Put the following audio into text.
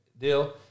deal